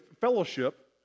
fellowship